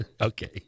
Okay